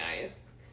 nice